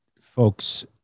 folks